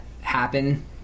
happen